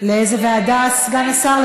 לאיזה ועדה, סגן השר?